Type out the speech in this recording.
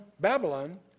Babylon